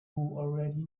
already